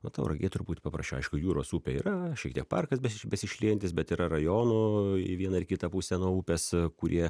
o tauragė turbūt paprasčiau aišku jūros upė yra šiek tiek parkas besi besišliejantis bet yra rajonų į vieną ar į kitą pusę nuo upės kurie